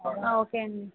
okay అండీ